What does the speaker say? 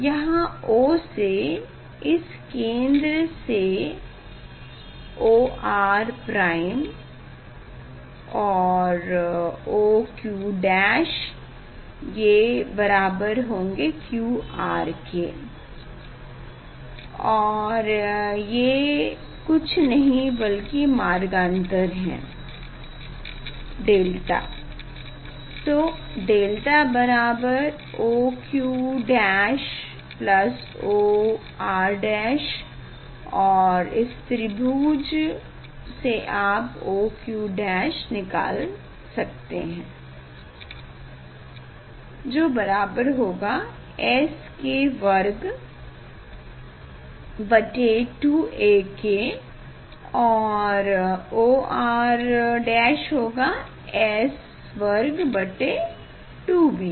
यहाँ O से इस केंद्र से OR और OQ ये बराबर होंगे QR के और ये कुछ नहीं बल्कि मार्गान्तर है डेल्टा तो डेल्टा बराबर OQ OR और इस त्रिभुज से आप OQ निकाल सकते है जो बराबर होगा S के वर्ग बटे 2a के और OR होगा S वर्ग बटे 2b के